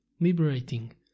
liberating